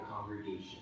congregation